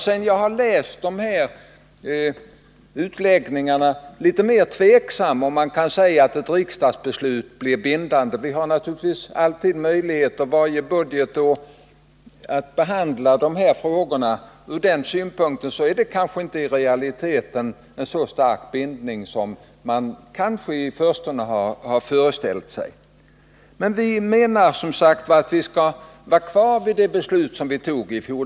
Sedan jag har läst utläggningarna i propositionen är jag litet mer tveksam om huruvida man kan riksdagsbeslut blir bindande. Vi har naturligtvis varje budgetår möjligheter säga att ett att behandla dessa frågor. Ur den synpunkten är beslutet kanske inte i realiteten så starkt bindande som man möjligen i förstone har föreställt sig. Men vi menar som sagt att vi skall vidhålla det beslut som vi fattade i fjol.